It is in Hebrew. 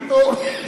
כאשר.